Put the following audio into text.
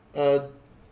uh